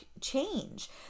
change